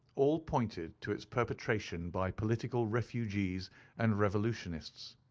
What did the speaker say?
all pointed to its perpetration by political refugees and revolutionists.